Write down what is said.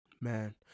Man